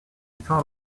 thought